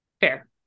fair